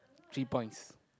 three points